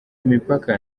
imipaka